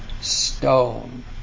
stone